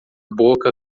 boca